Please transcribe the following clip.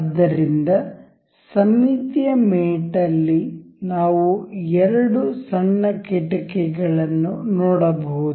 ಆದ್ದರಿಂದ ಸಮ್ಮಿತೀಯ ಮೇಟ್ ಅಲ್ಲಿ ನಾವು ಎರಡು ಸಣ್ಣ ಕಿಟಕಿಗಳನ್ನು ನೋಡಬಹುದು